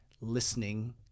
listening